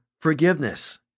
forgiveness